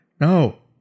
No